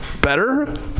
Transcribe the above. better